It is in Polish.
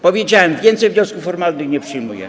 Powiedziałem: więcej wniosków formalnych nie przyjmuję.